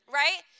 right